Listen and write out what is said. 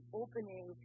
opening